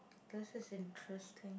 this is interesting